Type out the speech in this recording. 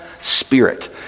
spirit